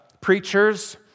preachers